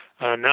now